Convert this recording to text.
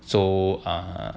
so err